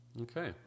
Okay